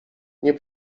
nie